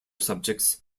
subjects